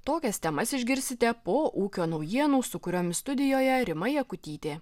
tokias temas išgirsite po ūkio naujienų su kuriomis studijoje rima jakutytė